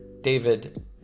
David